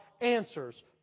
answers